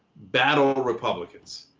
battle republicans.